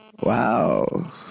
wow